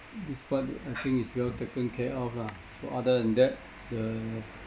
this part I think it's well taken care of lah so other than that the